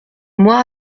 moi